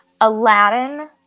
Aladdin